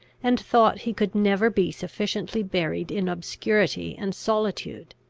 and thought he could never be sufficiently buried in obscurity and solitude.